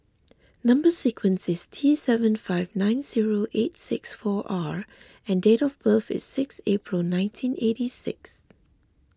Number Sequence is T seven five nine zero eight six four R and date of birth is six April nineteen eighty six